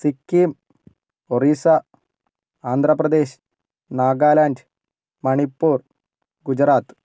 Sikkim Orissa Andhra Pradesh Nagaland Manipur Gujarat